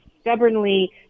stubbornly